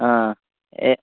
आम् एवं